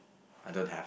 I don't have